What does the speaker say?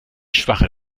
schwache